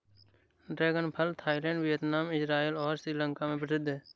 dragon फल Thailand, Vietnam, Israel और श्रीलंका में प्रसिद्ध है